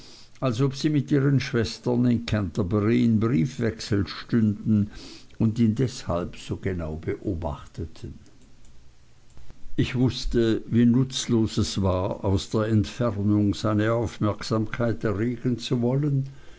als ob sie mit ihren schwestern in canterbury in briefwechsel stünden und ihn deshalb so genau beobachteten ich wußte wie nutzlos es war aus der entfernung seine aufmerksamkeit erregen zu wollen